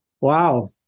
Wow